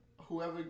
Whoever